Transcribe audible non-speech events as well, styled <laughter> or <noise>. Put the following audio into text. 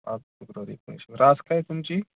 आ <unintelligible> एकोणीसशे रास काय तुमची